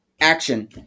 action